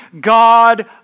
God